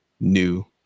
new